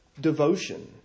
devotion